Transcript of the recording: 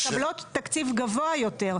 מקבלות תקציב גבוה יותר.